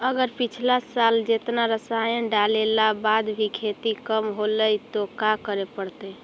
अगर पिछला साल जेतना रासायन डालेला बाद भी खेती कम होलइ तो का करे पड़तई?